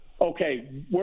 okay